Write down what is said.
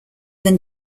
than